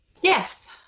Yes